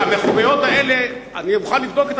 המחויבויות האלה, אני מוכן לבדוק,